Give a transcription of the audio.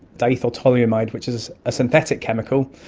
dimethyltoluamide, which is a synthetic chemical,